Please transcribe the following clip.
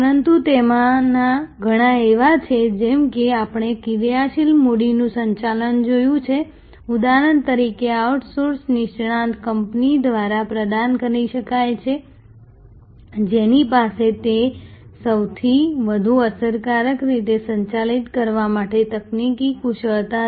પરંતુ તેમાંના ઘણા એવા છે જેમ કે આપણે કાર્યશીલ મૂડીનું સંચાલન જોયું છે ઉદાહરણ તરીકે આઉટસોર્સ નિષ્ણાત કંપની દ્વારા પ્રદાન કરી શકાય છે જેની પાસે તે સૌથી વધુ અસરકારક રીતે સંચાલિત કરવા માટે તકનીકી કુશળતા છે